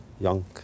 young